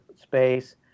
space